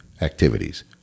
activities